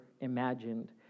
imagined